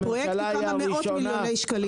הפרויקט הוא כמה מאות מיליוני שקלים.